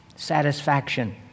Satisfaction